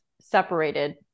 separated-